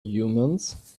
humans